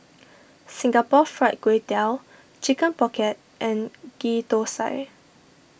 Singapore Fried Kway Tiao Chicken Pocket and Ghee Thosai